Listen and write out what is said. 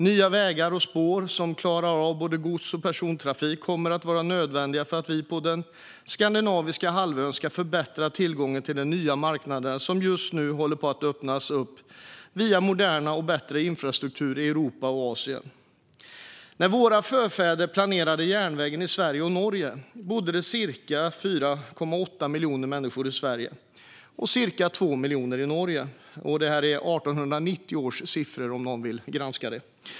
Nya vägar och spår som klarar av både gods och persontrafik kommer att vara nödvändiga för att vi på den skandinaviska halvön ska få bättre tillgång till de nya marknader som just nu håller på att öppnas via modern och bättre infrastruktur i Europa och Asien. När våra förfäder planerade järnvägarna i Sverige och Norge bodde det ca 4,8 miljoner människor i Sverige och ca 2 miljoner i Norge. Det är 1890 års siffror, om någon vill granska det.